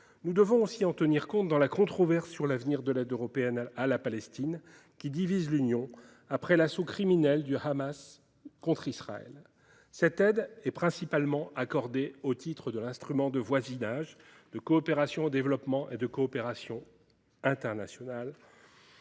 Nous devons aussi en tenir compte dans la controverse sur l’avenir de l’aide européenne à la Palestine, qui divise l’Union européenne après l’assaut criminel du Hamas contre Israël. Cette aide est principalement accordée au titre de l’instrument de voisinage, de coopération au développement et de coopération internationale